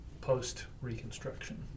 post-reconstruction